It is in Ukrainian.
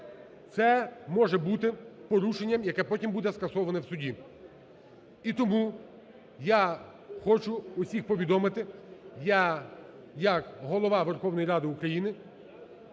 це може бути порушенням, яке потім буде скасоване у суді. І тому я хочу усіх повідомити, я як голова Верховної Ради України